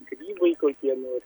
grybai kokie nor